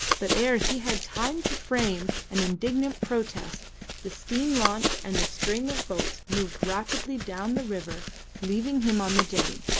but ere he had time to frame an indignant protest the steam launch and the string of boats moved rapidly down the river leaving him on the jetty,